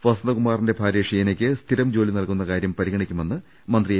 വസന്തകുമാറിന്റെ ഭാര്യ ഷീനക്ക് സ്ഥിരം ജോലി നൽകുന്ന കാര്യം പരിഗണിക്കുമെന്ന് മന്ത്രി എ